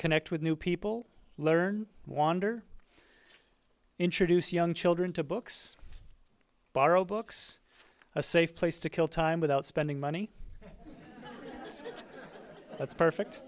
connect with new people learn wander introduce young children to books borrow books a safe place to kill time without spending money so th